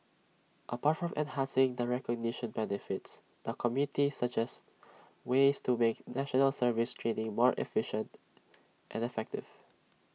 apart from enhancing the recognition benefits the committee suggested ways to make National Service training more efficient and effective